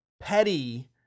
petty